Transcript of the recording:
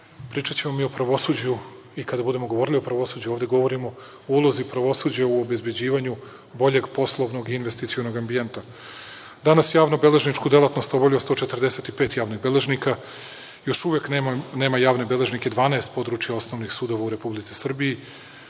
pričaću o pravosuđu i kada budemo govorili o pravosuđu, ovde govorimo o ulozi pravosuđa u obezbeđivanju boljeg poslovnog i investicionog ambijenta. Danas javnobeležničku delatnost obavlja 145 javnih beležnika. Još uvek nema javne beležnike 12 područja osnovnih sudova u Republici Srbiji.